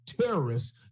terrorists